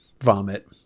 vomit